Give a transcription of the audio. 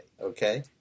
Okay